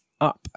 up